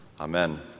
Amen